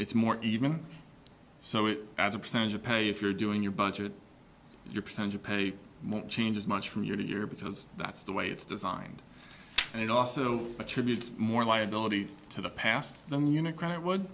it's more even so it as a percentage of pay if you're doing your budget your percentage of pay more changes much from year to year because that's the way it's designed and it also attributes more liability to the past than unicron it would